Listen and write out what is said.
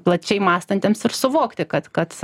plačiai mąstantiems ir suvokti kad kad